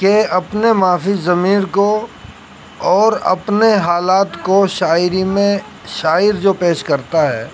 کہ اپنے ما فی الضمیر کو اور اپنے حالات کو شاعری میں شاعر جو پیش کرتا ہے